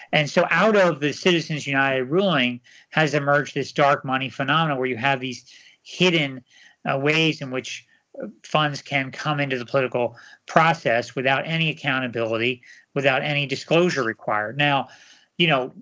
and so out of the citizens united ruling has emerged this dark money phenomenon where you have these hidden ah ways in which funds can come into the political process without any accountability without any disclosure required. now you know,